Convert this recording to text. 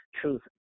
truth